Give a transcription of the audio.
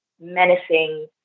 menacing